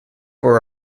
were